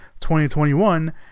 2021